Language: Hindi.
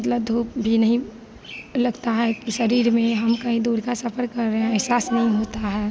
मतलब धूप भी नहीं लगता है कि शरीर में हम कहीं दूर का सफर कर रहे हैं अहसास नहीं होता है